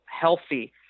healthy